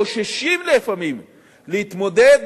חוששים לפעמים להתמודד